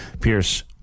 Pierce